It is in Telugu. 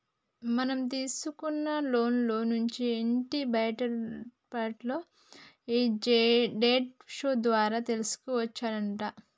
మనం తీసుకున్న లోన్ల నుంచి ఎట్టి బయటపడాల్నో ఈ డెట్ షో ద్వారా తెలుసుకోవచ్చునట